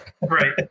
Right